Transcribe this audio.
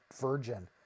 virgin